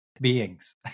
beings